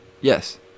yes